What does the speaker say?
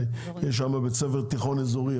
יש שם בית ספר תיכון אזורי,